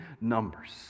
numbers